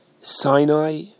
Sinai